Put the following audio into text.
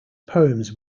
poems